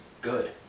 good